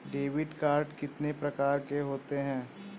Debit card कितनी प्रकार के होते हैं?